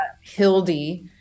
Hildy